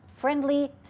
friendly